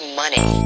money